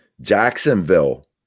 Jacksonville